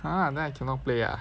!huh! then I cannot play ah